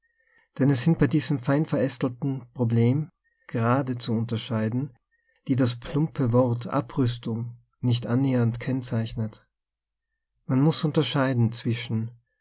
denn es sind bei diesem feinverästelten problem grade zu untere scheiden die das plumpe wort abrüstung nicht annähernd kennzeichnet man muß unterscheiden